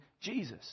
Jesus